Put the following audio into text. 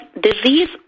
disease